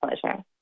pleasure